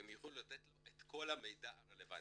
הם יוכלו לתת לו את כל המידע הרלבנטי.